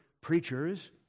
preachers